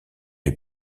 les